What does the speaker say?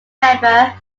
member